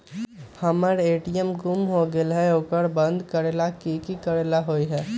हमर ए.टी.एम गुम हो गेलक ह ओकरा बंद करेला कि कि करेला होई है?